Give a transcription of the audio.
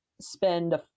spend